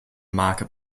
market